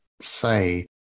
say